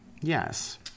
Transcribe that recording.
Yes